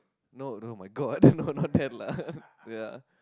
no no my god no not that lah ya